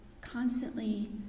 constantly